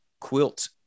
quilt